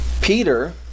Peter